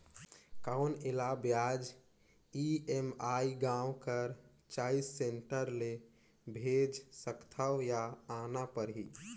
कौन एला ब्याज ई.एम.आई गांव कर चॉइस सेंटर ले भेज सकथव या आना परही?